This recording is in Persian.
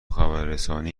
خبررسانی